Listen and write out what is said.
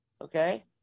Okay